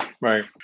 Right